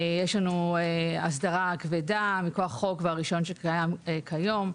יש לנו אסדרה כבדה מכוח החוק והרישיון שקיים כיום.